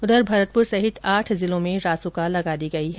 उधर भरतपुर सहित आठ जिलों में रासुका लगा दी गई है